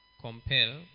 compel